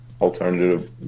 alternative